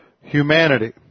humanity